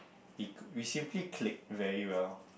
we we simply clicked very well